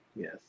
Yes